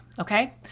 Okay